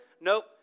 Nope